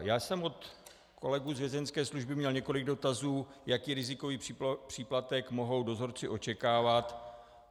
Já jsem od kolegů z Vězeňské služby měl několik dotazů, jaký rizikový příplatek mohou dozorci očekávat.